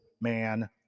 man